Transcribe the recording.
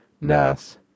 NAS